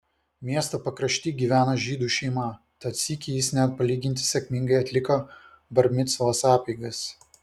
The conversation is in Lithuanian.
miesto pakrašty gyveno žydų šeima tad sykį jis net palyginti sėkmingai atliko bar micvos apeigas